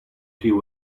deal